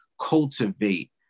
cultivate